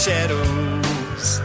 Shadows